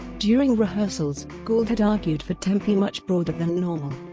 during rehearsals, gould had argued for tempi much broader than normal,